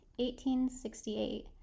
1868